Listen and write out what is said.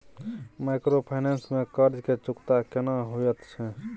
Microfinance में कर्ज के चुकता केना होयत छै?